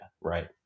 right